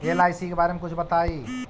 LIC के बारे मे कुछ बताई?